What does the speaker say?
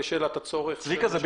זה בדיוק הצורך.